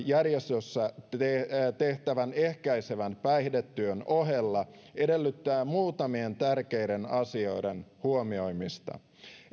järjestössä tehtävän ehkäisevän päihdetyön ohella edellyttää muutamien tärkeiden asioiden huomioimista